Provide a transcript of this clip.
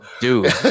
Dude